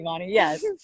Yes